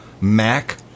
Mac